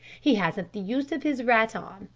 he hasn't the use of his right arm,